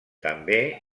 també